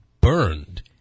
burned